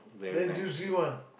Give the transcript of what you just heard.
the N_T_U_C one